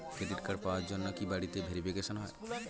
Credit card পাওয়ার জন্য কি বাড়িতে ভেরিফিকেশন হয়?